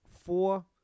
four